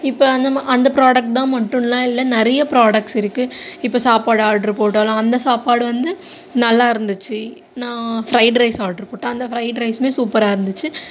இப்போ அந்த மா அந்த ப்ராடக்ட் தான் மட்டுமெல்லாம் இல்லை நிறைய ப்ராடக்ட்ஸ் இருக்குது இப்போ சாப்பாடு ஆட்ரு போட்டாலும் அந்த சாப்பாடு வந்து நல்லா இருந்துச்சு நான் ஃப்ரைட் ரைஸ் ஆட்ரு போட்டேன் அந்த ஃப்ரைட் ரைஸ்மே சூப்பராக இருந்துச்சு